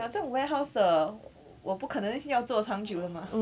ya 这种 warehouse 的我不可能要做长久的吗